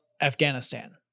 Afghanistan